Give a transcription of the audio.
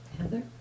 Heather